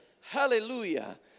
Hallelujah